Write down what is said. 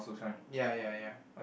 ya ya ya